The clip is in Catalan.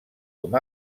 com